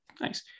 Nice